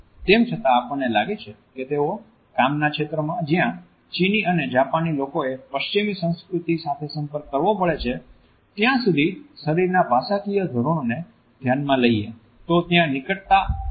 તેમ છતાં આપણને લાગે છે કે તેઓ કામના ક્ષેત્રોમા જ્યાં ચીની અને જાપાની લોકોએ પશ્ચિમી સંસ્કૃતિ સાથે સંપર્ક કરવો પડે છે ત્યાં સુધી શરીરના ભાષાકીય ધોરણોને ધ્યાનમા લઈએ તો ત્યાં નિકટતા અને ઘણા અંશે સ્પર્શ ને માન્યતા આપવામાં આવે છે